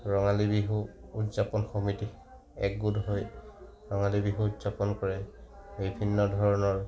ৰঙালী বিহু উদযাপন সমিতি একগোট হৈ ৰঙালী বিহু উদযাপন কৰে বিভিন্ন ধৰণৰ